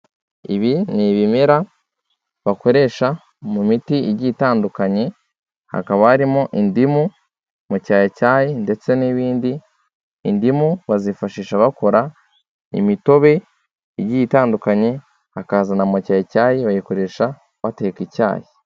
Ibi ni ibimera bakoresha mu miti igiye itandukanye hakaba harimo indimu, mucyayicyayi ndetse n'ibindi, indimu bazifashisha bakora imitobe igiye itandukanye, hakaza na mucyayicyayi bayikoresha bateka icyayi.